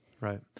Right